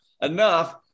enough